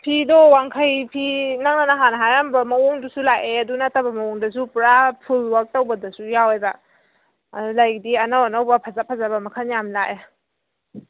ꯐꯤꯗꯣ ꯋꯥꯡꯈꯩ ꯐꯤ ꯅꯪꯅ ꯅꯍꯥꯟ ꯍꯥꯏꯔꯝꯕ ꯃꯑꯣꯡꯗꯨꯁꯨ ꯂꯥꯛꯑꯦ ꯑꯗꯨ ꯅꯠꯇꯕ ꯃꯑꯣꯡꯗꯨꯁꯨ ꯄꯨꯔꯥ ꯐꯨꯜ ꯋꯥꯛ ꯇꯧꯕꯗꯁꯨ ꯌꯥꯎꯋꯦꯕ ꯂꯩꯗꯤ ꯑꯅꯧ ꯑꯅꯧꯕ ꯐꯖ ꯐꯖꯕ ꯃꯈꯜ ꯌꯥꯝ ꯂꯥꯛꯑꯦ